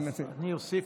אני אוסיף,